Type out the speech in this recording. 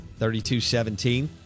32-17